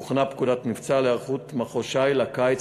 הוכנה פקודת מבצע להיערכות מחוז ש"י לקיץ